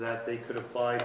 that they could apply